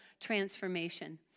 transformation